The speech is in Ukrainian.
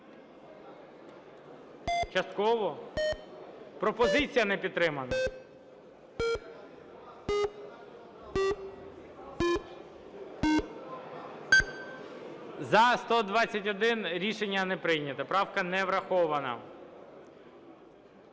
Частково. Пропозиція не підтримана. 14:20:28 За-121 Рішення не прийнято. Правка не врахована